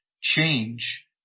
change